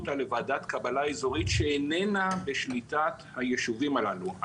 אותה לוועדת קבלה אזורית שאיננה בשליטת היישובים הללו.